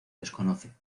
desconoce